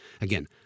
Again